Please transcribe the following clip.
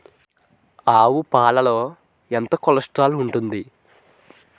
ఆవు పాలలో ఎంత కొలెస్ట్రాల్ ఉంటుంది?